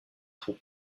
trous